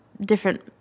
different